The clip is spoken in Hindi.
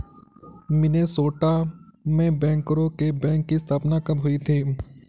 मिनेसोटा में बैंकरों के बैंक की स्थापना कब हुई थी?